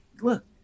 look